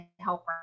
help